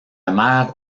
mère